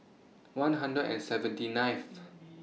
one hundred and seventy ninth